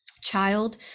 Child